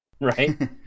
right